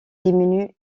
diminue